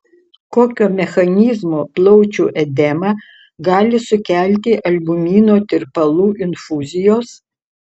kokio mechanizmo plaučių edemą gali sukelti albumino tirpalų infuzijos